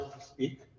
speak